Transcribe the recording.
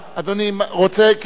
אדוני, רוצה קריאה שלישית.